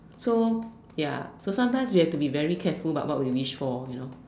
so ya so sometimes we have to be very careful about what wish for you know